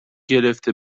گرفته